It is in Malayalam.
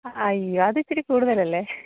അയ്യോ അതിത്തിരി കൂടുതലല്ലേ